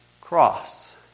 cross